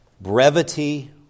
brevity